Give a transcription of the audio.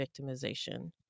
victimization